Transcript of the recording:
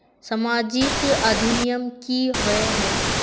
सामाजिक अधिनियम की होय है?